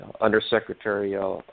Undersecretary